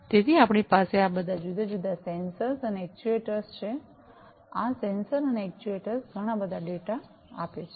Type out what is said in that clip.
તેથી આપણી પાસે આ બધા જુદા જુદા સેન્સર્સ અને એક્ચ્યુએટર્સ છે આ સેન્સર અને એક્ચ્યુએટર્સ ઘણા બધા ડેટા આપે છે